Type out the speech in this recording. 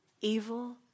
Evil